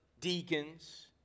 deacons